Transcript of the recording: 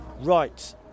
right